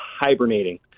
hibernating